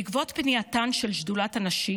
בעקבות פנייתה של שדולת הנשים,